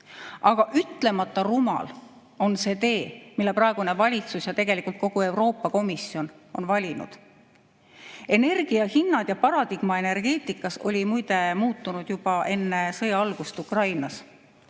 Aga ütlemata rumal on see tee, mille praegune valitsus ja tegelikult kogu Euroopa Komisjon on valinud. Energia hinnad ja paradigma energeetikas olid muide muutunud juba enne, kui algas sõda Ukrainas.